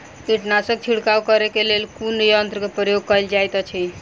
कीटनासक छिड़काव करे केँ लेल कुन यंत्र केँ प्रयोग कैल जाइत अछि?